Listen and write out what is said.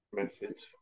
message